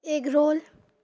egg roll